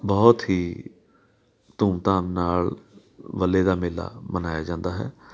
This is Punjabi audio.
ਬਹੁਤ ਹੀ ਧੂਮਧਾਮ ਨਾਲ ਵੱਲੇ ਦਾ ਮੇਲਾ ਮਨਾਇਆ ਜਾਂਦਾ ਹੈ